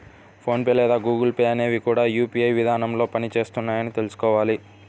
phone pay లేదా Google Pay అనేవి కూడా యూ.పీ.ఐ విధానంలోనే పని చేస్తున్నాయని తెల్సుకోవాలి